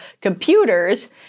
computers